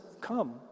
come